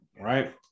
right